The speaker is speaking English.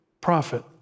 prophet